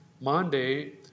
Monday